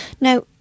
Now